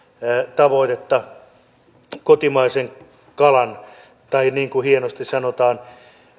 tavoitetta kotimaisen kalan osalta tai niin kuin hienosti sanotaan